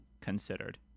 considered